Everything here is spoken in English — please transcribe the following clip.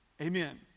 Amen